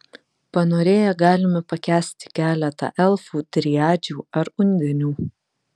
panorėję galime pakęsti keletą elfų driadžių ar undinių